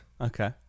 Okay